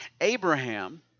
Abraham